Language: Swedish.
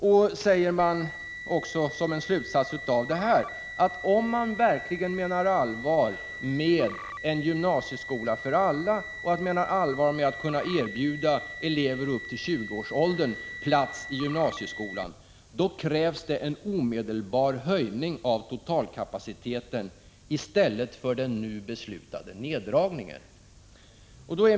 Man säger också, som en slutsats av det hela, att om man verkligen menar allvar med en gymnasieskola för alla och med att man skall erbjuda elever upp till 20 år plats i gymnasieskolan, krävs en omedelbar höjning av totalkapaciteten i stället för den nu beslutade neddragningen.